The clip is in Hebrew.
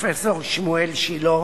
פרופסור שמואל שילה,